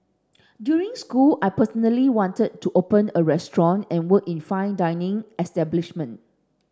during school I personally wanted to open a restaurant and work in fine dining establishment